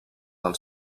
del